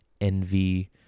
envy